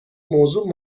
موضوع